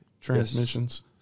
transmissions